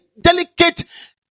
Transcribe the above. delicate